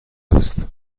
است